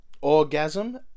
orgasm